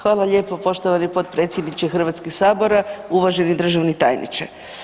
Hvala lijepo poštovani potpredsjedniče Hrvatskog sabora, uvaženi državni tajniče.